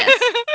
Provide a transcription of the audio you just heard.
Yes